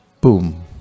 Boom